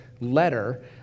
letter